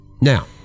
Now